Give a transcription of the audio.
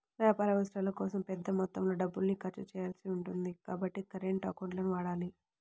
వ్యాపార అవసరాల కోసం పెద్ద మొత్తంలో డబ్బుల్ని ఖర్చు చేయాల్సి ఉంటుంది కాబట్టి కరెంట్ అకౌంట్లను వాడాలి